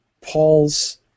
Paul's